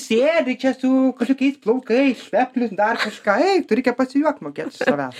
sėdi čia su kažkokiais plaukais šveplius dar kažką eik tu reikia pasijuokt mokėt iš savęs